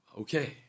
Okay